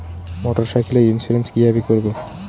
মোটরসাইকেলের ইন্সুরেন্স কিভাবে করব?